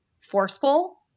forceful